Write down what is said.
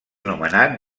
nomenat